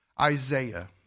Isaiah